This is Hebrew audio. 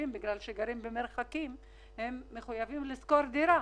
הם נאלצים לשכור דירה